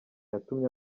yatumye